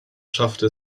schaffte